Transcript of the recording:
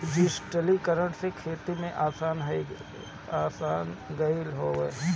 डिजिटलीकरण से खेती में आसानी आ गईल हवे